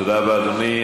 תודה רבה, אדוני.